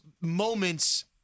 moments